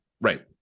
Right